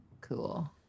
Cool